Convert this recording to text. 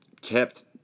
kept